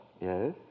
Yes